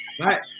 Right